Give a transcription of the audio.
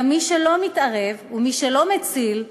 גם מי שלא מתערב ומי שלא מציל חוטא.